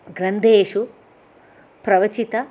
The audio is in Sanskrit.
ग्रन्थेषु प्रवचित